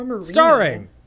Starring